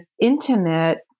intimate